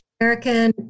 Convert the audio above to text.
American